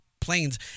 planes